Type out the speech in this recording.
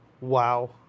Wow